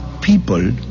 people